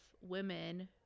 women